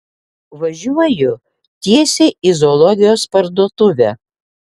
važiuoju tiesiai į zoologijos parduotuvę